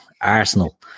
Arsenal